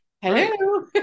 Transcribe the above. Hello